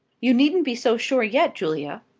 you needn't be so sure yet, julia.